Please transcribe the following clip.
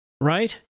right